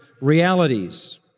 realities